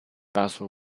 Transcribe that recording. basra